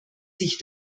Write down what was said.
sich